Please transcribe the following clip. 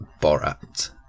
Borat